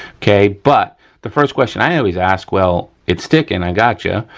okay, but the first question i always ask well, it's sticking, i got ya,